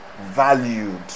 valued